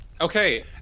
Okay